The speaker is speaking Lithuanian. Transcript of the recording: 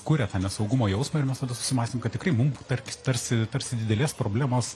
kuria tą nesaugumo jausmą ir mes tada susimąstėm kad tikrai mums tar tarsi tarsi didelės problemos